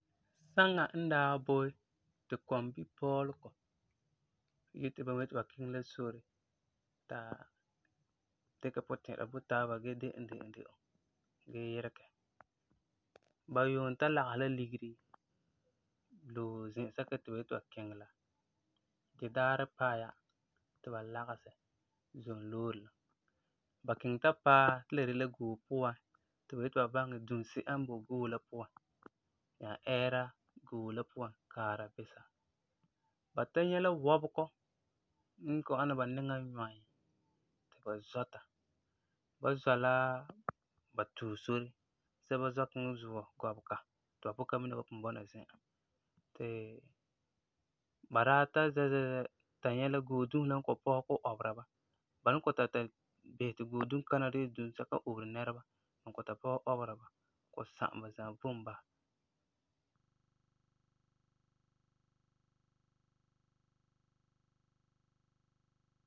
Saŋa n daa boi ti kɔmbipɔɔlegɔ yeti bama yeti ba kiŋɛ la sore ta dikɛ puti'ira bo taaba gee de'em de'em de'em gee yiregɛ. Ba yuum ta lagesɛ la ligeri, loe zɛsɛka ti ba yeti ba kiŋɛ la. Di daarɛ paɛ ya ti ba lagesɛ, zom loore la. Ba kiŋɛ ta paɛ, ti la de la goo puan ti ba yeti ba baŋɛ dunsi'a n boi goo la puan, nyaa ɛɛra goo la puan kaara bisera. Ba ta nyɛ la wɔbegɔ n kɔ'ɔm ana ba niŋan nyɔi ti ba zɔta. Ba zɔ la, ba tue sore, sɛba zɔ kiŋɛ zuɔ, gɔbega ti ba pugum ka mina ba pugum bɔna zi'an, ti ba daa ta zɛa zɛa ta nyɛ la goo dusi la kɔ'ɔm pɔsɛ kɔ'ɔm ɔbera ba. Ba ni kɔ'ɔm ta ta bisɛ ti goo-dunkana de la dunsɛka n oberi nɛreba, ni kɔ'ɔm ta pɔsɛ ɔbera ba, kɔ'ɔm sa'am ba za'a vom basɛ.